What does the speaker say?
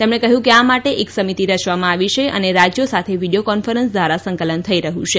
તેમણે કહ્યું કે આ માટે એક સમિતિ રચવામાં આવી છે અને રાજ્યો સાથે વીડીયો કોન્ફરન્સ દ્વારા સંકલન થઇ રહ્યું છે